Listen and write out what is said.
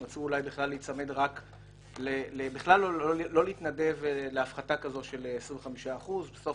ואולי לא רצו להתנדב להפחתה כזו של 25%. בסוף